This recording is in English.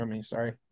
sorry